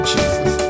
Jesus